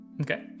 Okay